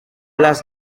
les